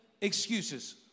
excuses